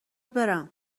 برم